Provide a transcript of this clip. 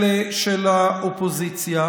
האופוזיציה,